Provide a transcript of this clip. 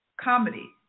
Comedy